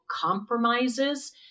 compromises